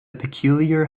peculiar